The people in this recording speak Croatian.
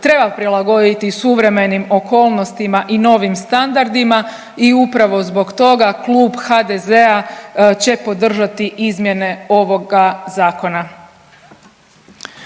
treba prilagoditi suvremenim okolnostima i novim standardima i upravo zbog toga Klub HDZ-a će podržati izmjene ovoga Zakona.